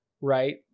right